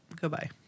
Goodbye